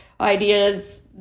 ideas